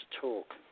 talk